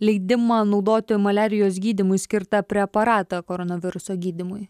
leidimą naudoti maliarijos gydymui skirtą preparatą koronaviruso gydymui